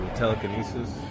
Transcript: telekinesis